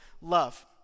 love